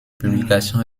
publication